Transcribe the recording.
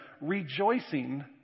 rejoicing